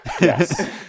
Yes